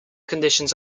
conditions